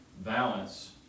balance